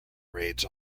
raids